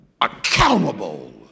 accountable